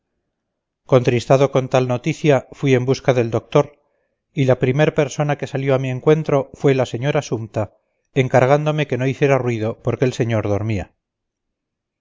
contristado con tal noticia fui en busca del doctor y la primer persona que salió a mi encuentro fue la señora sumta encargándome que no hiciera ruido porque el señor dormía